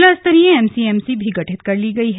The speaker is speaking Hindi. जिला स्तरीय एम सी एम सी भी गठित कर ली गई हैं